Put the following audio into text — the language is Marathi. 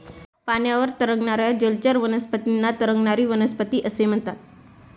पाण्यावर तरंगणाऱ्या जलचर वनस्पतींना तरंगणारी वनस्पती असे म्हणतात